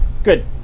Good